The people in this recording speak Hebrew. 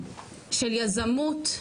של יזמות,